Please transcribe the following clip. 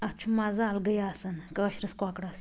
اتھ چھُ مزٕ الگٕے آسان کٲشرِس کۄکرَس